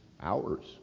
hours